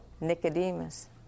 Nicodemus